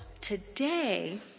today